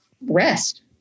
rest